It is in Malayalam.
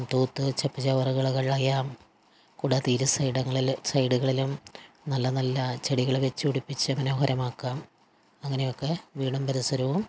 തൂത്ത് ചപ്പുചവറുകൾ കളയാം കൂടാതെ ഇരു സൈഡുകളിൽ സൈഡുകളിലും നല്ല നല്ല ചെടികൾ വെച്ചു പിടിപ്പിച്ച് മനോഹരമാക്കാം അങ്ങനെയൊക്കെ വീടും പരിസരവും